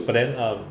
but then um